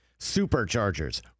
superchargers